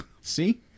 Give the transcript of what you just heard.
See